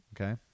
okay